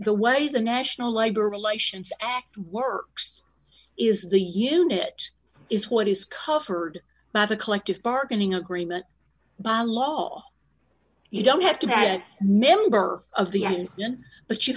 e way the national labor relations act works is the unit is what is covered by the collective bargaining agreement by law you don't have to that member of the